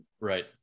Right